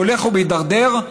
הולך ומידרדר?